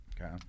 Okay